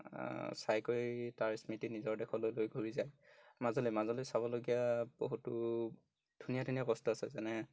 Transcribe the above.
চাই কৰি তাৰ স্মৃতি নিজৰ দেশলৈ লৈ ঘূৰি যায় মাজুলী মাজুলী চাবলগীয়া বহুতো ধুনীয়া ধুনীয়া বস্তু আছে যেনে